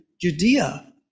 Judea